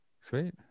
sweet